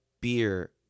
beer